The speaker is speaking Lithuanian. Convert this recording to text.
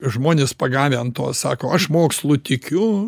žmonės pagavę ant to sako aš mokslu tikiu